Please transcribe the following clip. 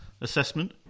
assessment